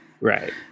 Right